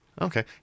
Okay